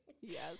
Yes